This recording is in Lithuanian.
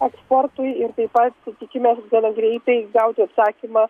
eksportui ir taip pat tikimės greitai gauti atsakymą